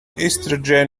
estrogen